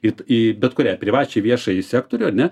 eit į bet kurią privačią į viešąjį sektorių ar ne